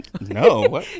No